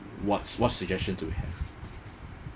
what's what suggestion do you have